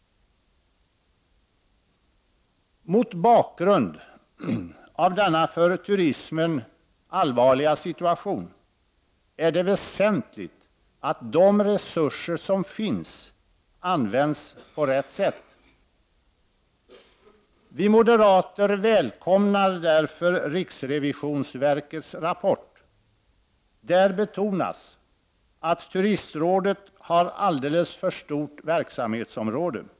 Mot bakgrund av denna för turismen allvarliga situation är det väsentligt att de resurser som finns används på rätt sätt. Vi moderater välkomnar därför riksrevisionsverkets rapport. Där betonas att Turistrådet har alldeles för stort verksamhetsområde.